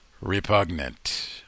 repugnant